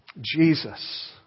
Jesus